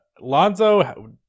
Lonzo